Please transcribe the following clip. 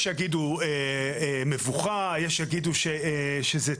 יש שיגידו מבוכה, יש שיגידו שזה תודעה,